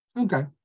okay